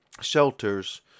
shelters